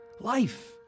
Life